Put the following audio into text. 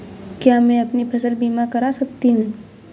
क्या मैं अपनी फसल बीमा करा सकती हूँ?